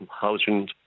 housing